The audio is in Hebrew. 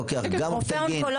לוקח גם אופטלין,